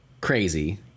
crazy